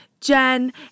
Jen